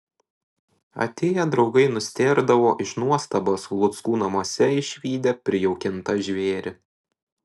atėję draugai nustėrdavo iš nuostabos luckų namuose išvydę prijaukintą žvėrį